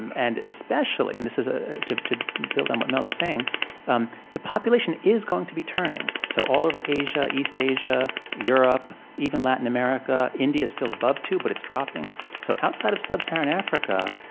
and and especially and this is ah to to build on what mel was saying um the population is going to be turning. so all over asia, east asia, europe, even latin america, india's still above two, but it's dropping so outside of sub-saharan africa,